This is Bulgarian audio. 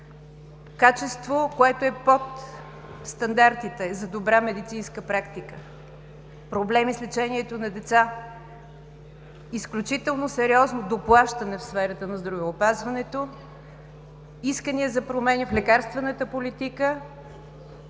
качество, което е под стандартите за добра медицинска практика; проблеми с лечението на деца – изключително сериозно доплащане в сферата на здравеопазването; искания за промени в лекарствената политика;